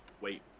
wait